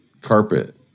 carpet